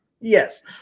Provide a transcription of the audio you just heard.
yes